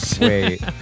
Wait